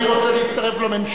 האם אדוני רוצה להצטרף לממשלה?